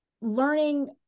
learning